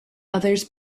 others